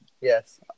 Yes